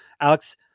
alex